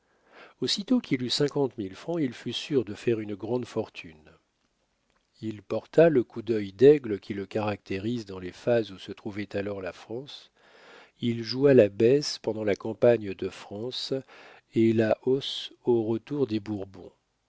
aussitôt qu'il eut cinquante mille francs il fut sûr de faire une grande fortune il porta le coup d'œil d'aigle qui le caractérise dans les phases où se trouvait alors la france il joua la baisse pendant la campagne de france et la hausse au retour des bourbons